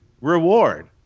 reward